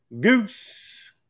Goose